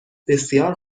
بسیار